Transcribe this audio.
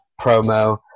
promo